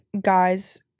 guys